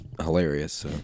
hilarious